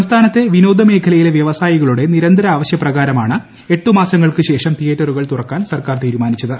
സംസ്ഥാനത്തെ വിനോദ്യാമേഖലയിലെ വ്യവസായികളുടെ നിരന്തര ആവശ്യപ്രകാരമാണ് എട്ടു മാസങ്ങൾക്ക് ശേഷം തീയേറ്ററുകൾ തുറക്കാൻ സർക്കാർ തീരുമാനിച്ചത്